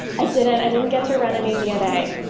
i didn't i didn't get to run any dna,